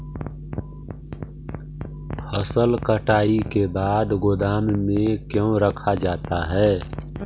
फसल कटाई के बाद गोदाम में क्यों रखा जाता है?